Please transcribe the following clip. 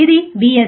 ఇది Vs